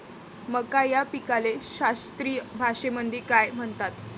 मका या पिकाले शास्त्रीय भाषेमंदी काय म्हणतात?